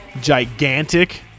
gigantic